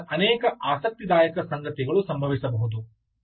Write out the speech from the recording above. ಈಗ ಇಲ್ಲಿಂದ ಅನೇಕ ಆಸಕ್ತಿದಾಯಕ ಸಂಗತಿಗಳು ಸಂಭವಿಸಬಹುದು